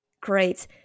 great